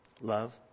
Love